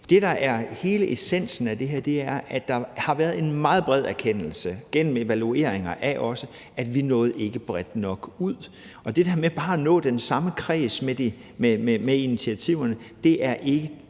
det, der er hele essensen af det her, er, at der har været en meget bred erkendelse, også gennem evalueringer, af, at vi ikke nåede bredt nok ud. Og det der med bare at nå den samme kreds med initiativerne er ikke